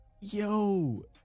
Yo